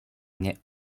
mnie